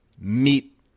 meet